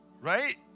right